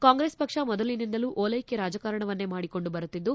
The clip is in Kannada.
ಕಾಂಗ್ರೆಸ್ ಪಕ್ಷ ಮೊದಲಿನಿಂದಲೂ ಓಲೈಕೆ ರಾಜಕಾರಣವನ್ನೇ ಮಾಡಿಕೊಂಡು ಬರುತ್ತಿದ್ದು